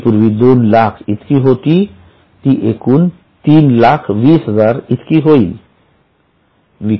जी पूर्वी २००००० इतकी होती ती एकूण ३२०००० इतकी होईल